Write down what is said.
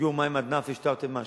הגיעו מים עד נפש, תרתי משמע.